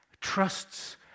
trusts